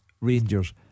Rangers